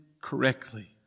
correctly